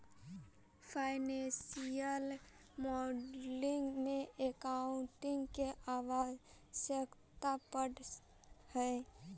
financial modelling में accounting के आवश्यकता पड़ऽ हई